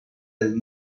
del